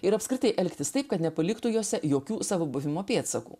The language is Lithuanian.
ir apskritai elgtis taip kad nepaliktų juose jokių savo buvimo pėdsakų